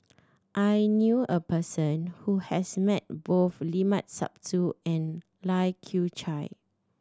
I knew a person who has met both Limat Sabtu and Lai Kew Chai